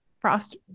Frost